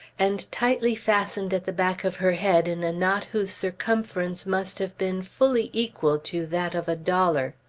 and tightly fastened at the back of her head in a knot whose circumference must have been fully equal to that of a dollar.